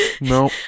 No